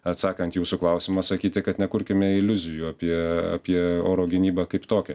atsakant į jūsų klausimą sakyti kad nekurkime iliuzijų apie apie oro gynybą kaip tokią